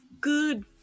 good